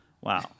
Wow